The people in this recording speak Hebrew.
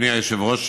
אדוני היושב-ראש,